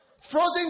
frozen